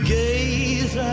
gaze